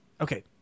Okay